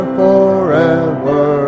forever